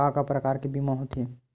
का का प्रकार के बीमा होथे?